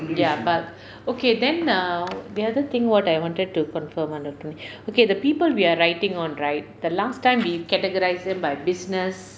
ya but okay then err the other thing what I wanted to confirm okay the people we are writing on right the last time we categorise them by business